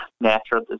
natural